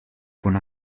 con